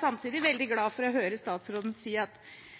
Samtidig er jeg veldig glad for å høre statsråden si at